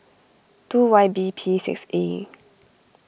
two Y B P six A